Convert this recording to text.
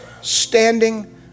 standing